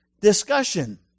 discussion